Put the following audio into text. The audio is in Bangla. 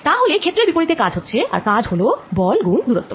তা হলে ক্ষেত্রের বিপরিতে কাজ হচ্ছে আর কাজ হল বল গুন দুরত্ব